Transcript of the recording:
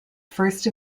first